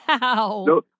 Wow